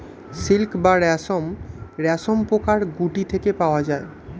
silk বা রেশম রেশমপোকার গুটি থেকে পাওয়া যায়